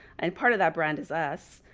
and part of that brand is us.